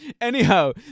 Anyhow